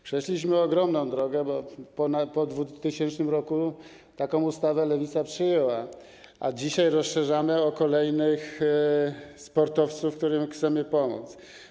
Przeszliśmy ogromną drogę, bo po 2000 r. taką ustawę lewica przyjęła, a dzisiaj rozszerzamy to o kolejnych sportowców, którym chcemy pomóc.